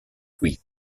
qui